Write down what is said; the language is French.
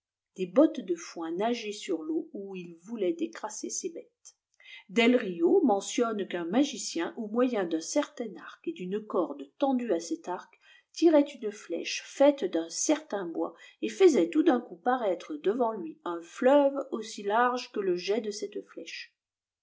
des bottes de foin nager sur teau où il voulait décrasser ses bêtes deirio mentionne qu'un magicien au moyen d'un certain arc et d'une corde tendue à cette arc tirait une flèche feiite d'un certain bois et faisait tout d'un coup paraître devant lui un fleuve aussi large que le jet de cette flèche